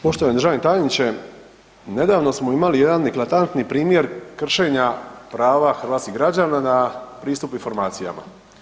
Poštovani državni tajniče, nedavno smo imali jedan eklatantni primjer kršenja prava hrvatskih građana na pristup informacijama.